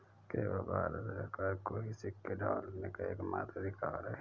केवल भारत सरकार को ही सिक्के ढालने का एकमात्र अधिकार है